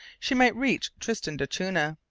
she might reach tristan d'acunha.